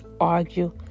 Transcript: argue